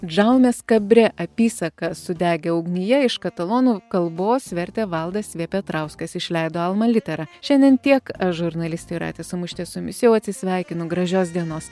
džaumės kabrė apysaką sudegę ugnyje iš katalonų kalbos vertė valdas v petrauskas išleido alma litera šiandien tiek aš žurnalistė jūratė samušytė su jumis jau atsisveikinu gražios dienos